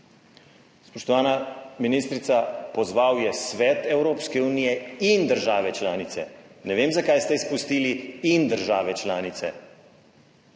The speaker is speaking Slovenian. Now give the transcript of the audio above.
Spoštovana ministrica, pozval je Svet Evropske unije in države članice, ne vem zakaj ste izpustili »in države članice«.